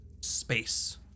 space